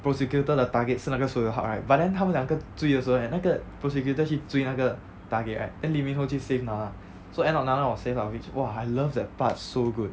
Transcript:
prosecutor 的 target 是那个 seo yong hak right but then 他们两个追的时候 right 那个 prosecutor 去追那个 target right then lee min [ho] 去 save na na so end up na na was saved lah which !wah! I love that part so good